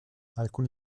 alcuni